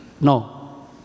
no